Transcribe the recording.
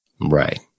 Right